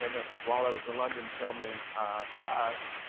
and ah while i was in london filming fast,